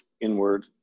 inward